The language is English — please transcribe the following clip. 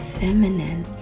feminine